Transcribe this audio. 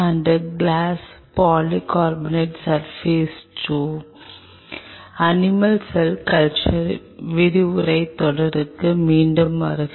animal cell culture விரிவுரைத் தொடருக்கு மீண்டும் வருக